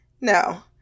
No